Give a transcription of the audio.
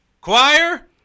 Choir